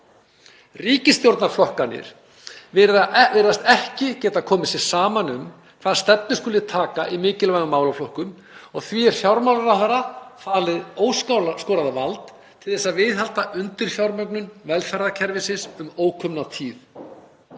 Ríkisstjórnarflokkarnir virðast ekki geta komið sér saman um hvaða stefnu skuli taka í mikilvægum málaflokkum og því er fjármálaráðherra falið óskorað vald til þess að viðhalda undirfjármögnun velferðarkerfisins um ókomna tíð.